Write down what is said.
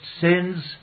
sins